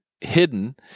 hidden